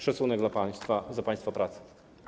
Szacunek dla państwa za państwa pracę.